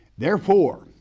therefore